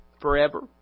forever